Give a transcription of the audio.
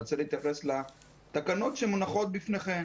אני רוצה להתייחס לתקנות שמונחות בפניכם